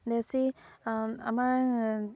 দেশী আমাৰ